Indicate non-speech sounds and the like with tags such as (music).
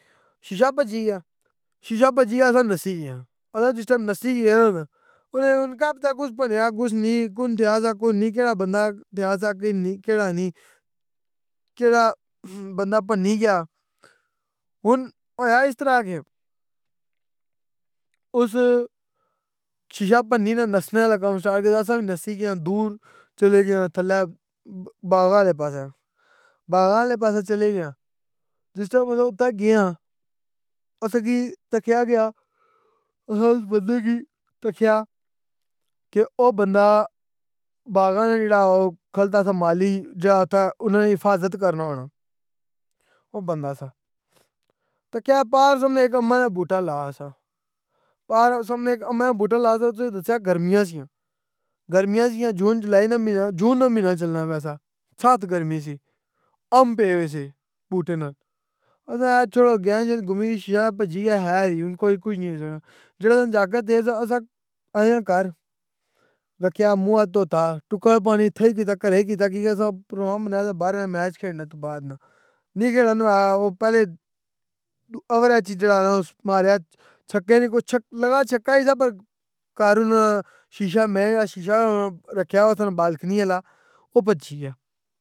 شیشہ پجی گیا, شیشہ پجی گیا اساں نسّی گے آں۔ اساں جِس ٹیم نسی گیاں نہ, اناں ہن کہ پتہ کس پنیا کس نی, کون تھیا سہ کون نی کیڑا بندہ تھییا سہ کیڑا نی کیڑا بندہ پنی گیا۔ ہن ہویا اِس طرح کہ اُس شیشہ پنی تہ نسنے آلا کام سٹارٹ کیتا اساں وی نسی گیاں دورچلے گیاں تلے باغاں آلے پاسے۔ باغاں آلے پاسے چلے گئے آں, جِس ٹیم اساں اتھاں گئے آں, اساں کی تکیا کہ ہاں اساں اُس بندے کی تکیا کہ او بندہ باغاں اچ جیڑا کھلتا سہ مالی جیڑا اتھے اناں نی حفاظت کرنا ہونا۔ او بندہ سہ۔ تکیا پار سامنے اِک امّا نے بوٹا لایا سہ۔ پار سامنے اِک امّا نے بوٹا لایا سہ تُساں دسیا گرمیاں سیاں۔ گرمیاں سیاں جون جولائی نہ مہینہ, جون نہ مہینہ چلنا پیا سہ۔ سخت گرمی سی, آم پے وے سے بوٹے نال۔ اساں اخیا چھوڑو گیند شیند گمی گی شیشہ وغیرہ پجی گیا خیر ای ہن کوئی کج نی ہوئی سکنا۔ جیڑا جاکت ہیس اساںآۓ آں گھر, موں ہاتھ دھوتا, ٹکّر پانی تھئی کی تہ گھرے کی تکی کہ اساں پروگرام بنایا تہ باراں میچ کھیڈنے توں بعد نہ (unintelligible) او پہلے اوور اچ ای جیڑا ہے نہ اُس ماریا چھکّے نی کوئی چھک لگا چھکّا ای سہ پر گھر نہ شیشہ میں شیشہ رکھیا ہویا سہ نہ بالکنی آلا او پجی گیا۔